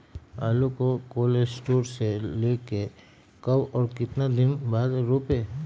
आलु को cold store से ले के कब और कितना दिन बाद रोपे?